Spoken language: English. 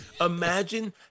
Imagine